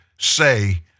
say